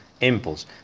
impulse